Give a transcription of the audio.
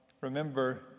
Remember